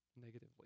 negatively